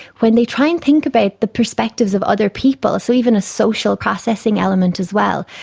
when they try and think about the perspectives of other people, so even a social processing element as well.